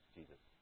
Jesus